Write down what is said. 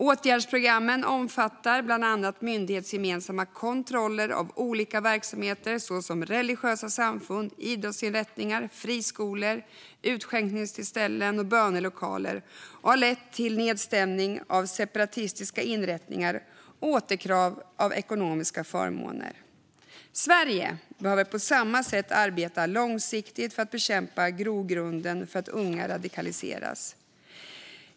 Åtgärdsprogrammen omfattar bland annat myndighetsgemensamma kontroller av olika verksamheter såsom religiösa samfund, idrottsinrättningar, friskolor, utskänkningsställen och bönelokaler och har lett till nedstängning av separatistiska inrättningar och återkrav av ekonomiska förmåner. Sverige behöver på samma sätt arbeta långsiktigt för att bekämpa grogrunden för att unga radikaliseras.